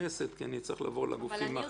כי אני צריך לעבור לגופים האחרים.